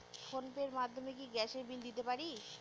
Phone pay র মাধ্যমে কি গ্যাসের বিল দিতে পারি?